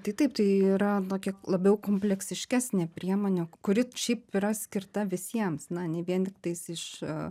tai taip tai yra na kiek labiau kompleksiškesnė priemonė kuri šiaip yra skirta visiems na ne vien tik tais iš